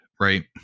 right